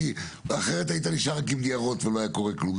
כי אחרת היית נשאר רק עם ניירות ולא היה קורה כלום,